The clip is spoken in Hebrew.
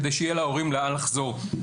כדי שיהיה להורים לאן לחזור.